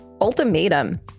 Ultimatum